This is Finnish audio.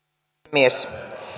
puhemies